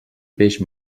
peix